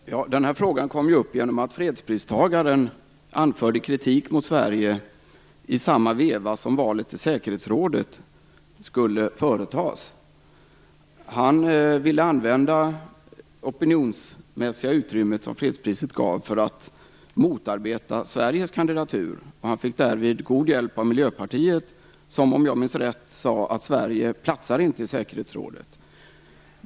Fru talman! Den här frågan kom upp genom att fredspristagaren anförde kritik mot Sverige i samma veva som valet till säkerhetsrådet skulle företas. Han ville använda det opinionsmässiga utrymme som fredspriset gav honom till att motarbeta Sveriges kandidatur. Därvid fick han god hjälp av Miljöpartiet, som om jag minns rätt sade att Sverige inte platsar i säkerhetsrådet.